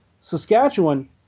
Saskatchewan